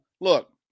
look